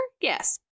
Yes